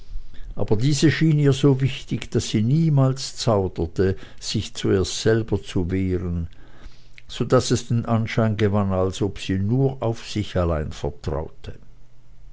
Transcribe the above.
aber diese schien ihr so wichtig daß sie niemals zauderte sich zuerst selber zu wehren so daß es den anschein gewann als ob sie nur auf sich allein vertraute